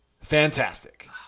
fantastic